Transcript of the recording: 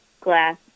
glass